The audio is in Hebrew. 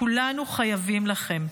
כולנו חייבים לכם.